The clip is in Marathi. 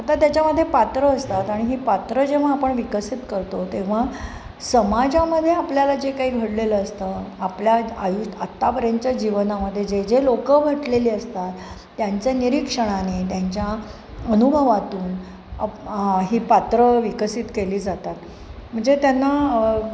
आता त्याच्यामध्ये पात्रं असतात आणि ही पात्रं जेव्हा आपण विकसित करतो तेव्हा समाजामध्ये आपल्याला जे काही घडलेलं असतं आपल्या आयु आत्तापर्यंत जीवनामध्ये जे जे लोकं भेटलेली असतात त्यांच्या निरीक्षणाने त्यांच्या अनुभवातून ही पात्रं विकसित केली जातात म्हणजे त्यांना